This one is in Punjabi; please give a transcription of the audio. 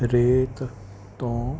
ਰੇਤ ਤੋਂ